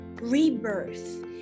rebirth